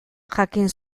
jakin